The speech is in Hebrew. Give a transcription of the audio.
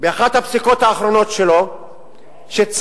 באחת הפסיקות האחרונות שלו שצריך